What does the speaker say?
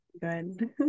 good